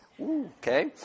Okay